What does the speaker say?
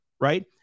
right